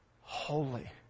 holy